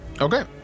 okay